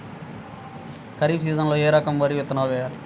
ఖరీఫ్ సీజన్లో ఏ రకం వరి విత్తనాలు వేయాలి?